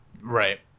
Right